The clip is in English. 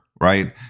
right